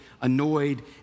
annoyed